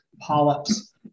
polyps